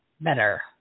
better